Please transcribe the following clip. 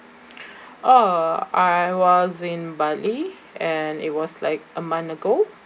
oh I was in bali and it was like a month ago